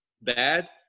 bad